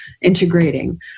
integrating